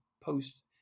post-